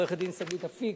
עורכת-הדין שגית אפיק,